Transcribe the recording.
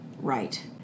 Right